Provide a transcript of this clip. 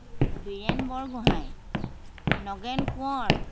Biren Borgohain Nagen Konwar